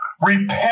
repent